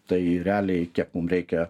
tai realiai kiek mum reikia